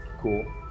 cool